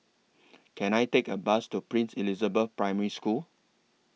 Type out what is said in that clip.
Can I Take A Bus to Princess Elizabeth Primary School